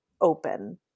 open